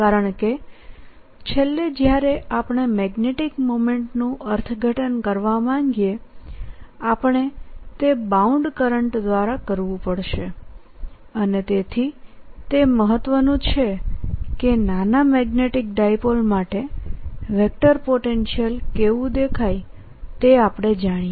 કારણકે છેલ્લેજ્યારે આપણે મેગ્નેટીક મોમેન્ટનું અર્થઘટન કરવા માંગીએઆપણે તે બાઉન્ડ કરંટ દ્વારા કરવું પડશે અને તેથીતે મહત્વનું છે કે નાના મેગ્નેટીક ડાયપોલ માટે વેક્ટર પોટેન્શિયલ કેવું દેખાય તે આપણે જાણીએ